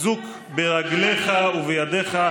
אזוק ברגליך ובידיך,